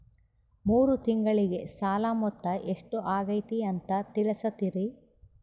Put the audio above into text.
ಮೂರು ತಿಂಗಳಗೆ ಸಾಲ ಮೊತ್ತ ಎಷ್ಟು ಆಗೈತಿ ಅಂತ ತಿಳಸತಿರಿ?